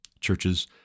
churches